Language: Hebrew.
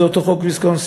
זה אותו חוק ויסקונסין,